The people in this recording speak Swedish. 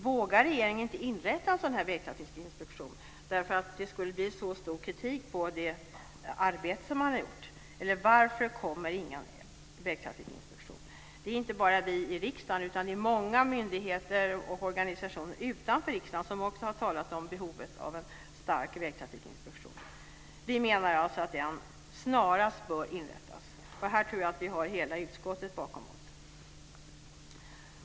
Vågar inte regeringen inrätta en sådan trafikinspektion därför att det skulle bli så stor kritik av det arbete som har gjorts? Varför tillsätts inte någon vägtrafikinspektion? Det är inte bara vi i riksdagen utan många myndigheter och organisationer utanför riksdagen som också har talat om behovet av en stark vägtrafikinspektion. Vi menar att den snarast bör inrättas. Här tror jag att vi har hela utskottet bakom oss.